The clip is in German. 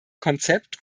konzept